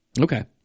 Okay